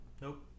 Nope